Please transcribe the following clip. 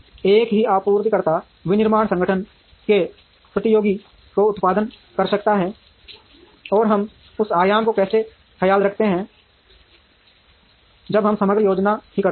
एक ही आपूर्तिकर्ता विनिर्माण संगठन के प्रतियोगी को उत्पादन कर सकता है और हम उस आयाम का कैसे ख्याल रखते हैं जब हम समग्र योजना भी करते हैं